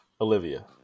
olivia